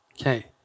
Okay